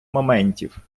моментів